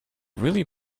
really